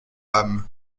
âmes